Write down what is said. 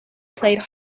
played